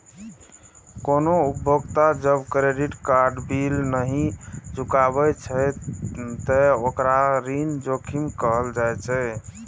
कोनो उपभोक्ता जब क्रेडिट कार्ड बिल नहि चुकाबै छै, ते ओकरा ऋण जोखिम कहल जाइ छै